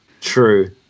True